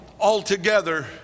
altogether